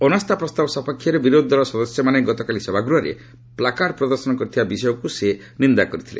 ଅନାସ୍ଥା ପ୍ରସ୍ତାବ ସପକ୍ଷରେ ବିରୋଧି ଦଳ ସଦସ୍ୟମାନେ ଗତକାଲି ସଭାଗୃହରେ ପ୍ଲାକାର୍ଡ଼ ପ୍ରଦର୍ଶନ କରିଥିବା ବିଷୟକୁ ମଧ୍ୟ ସେ ନିନ୍ଦା କରିଥିଲେ